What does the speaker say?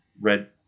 red